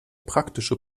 praktische